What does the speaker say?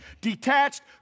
Detached